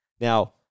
Now